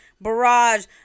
barrage